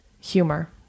humor